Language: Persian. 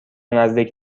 نزدیک